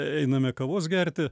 einame kavos gerti